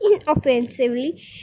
inoffensively